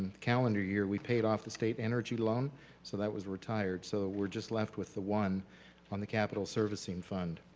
calendar year, we paid off the state energy loan so that was retired. so we're just left with the one on the capital servicing fund.